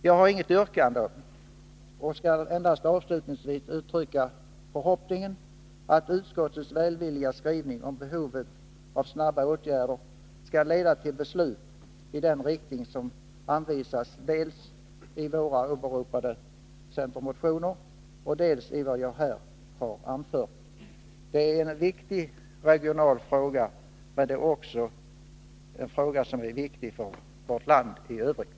Jag har inget yrkande och skall avslutningsvis endast uttrycka förhoppningen, att utskottets välvilliga skrivning om behovet av snabba åtgärder skall leda till beslut i den riktning som anvisats dels i de åberopade centermotionerna, dels i vad jag här har anfört. Det är en viktig regional fråga, men den är också viktig för vårt land i övrigt.